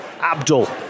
Abdul